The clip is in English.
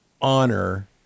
honor